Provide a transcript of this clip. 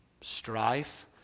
strife